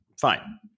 Fine